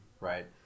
right